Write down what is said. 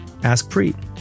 AskPreet